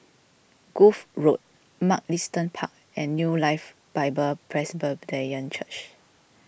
Grove Road Mugliston Park and New Life Bible Presbyterian Church